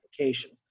applications